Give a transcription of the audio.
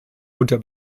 unter